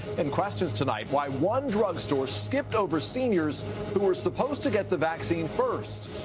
and questions, tonight, why one drugstore skipped over seniors who were supposed to get the vaccine first.